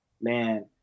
man